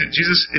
Jesus